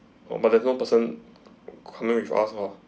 oh but there's no person coming with us lah